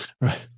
Right